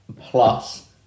plus